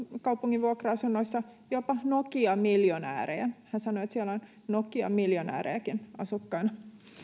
kaupungin vuokra asunnoissa jopa nokia miljonäärejä hän sanoi että siellä on nokia miljonäärejäkin asukkaina